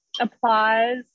applause